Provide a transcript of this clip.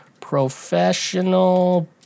professional